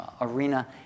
arena